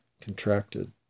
contracted